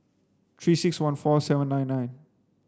three six one four seven nine nine